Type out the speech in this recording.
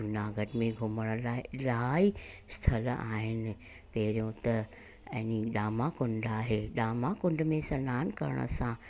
जूनागढ़ में घुमण लाइ इलाही स्थल आहिनि पहिरियों त ए नी दामाकुंड आहे दामाकुंड में सनानु करण सां